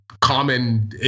common